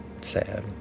Sad